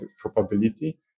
probability